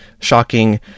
shocking